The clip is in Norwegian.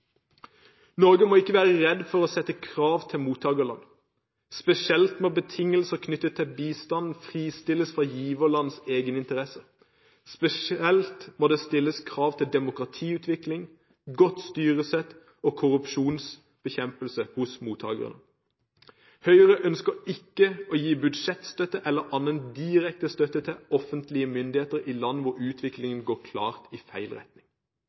Norge må ikke være redd for å stille krav til mottakerland. Samtidig må betingelser knyttet til bistanden fristilles fra giverlandenes egeninteresser. Spesielt må det stilles krav til demokratiutvikling, godt styresett og korrupsjonsbekjempelse hos mottakerne. Høyre ønsker ikke å gi budsjettstøtte eller annen direkte støtte til offentlige myndigheter i land hvor utviklingen går klart i feil retning.